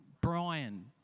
Brian